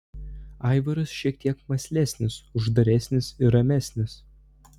aivaras šiek tiek mąslesnis uždaresnis ir ramesnis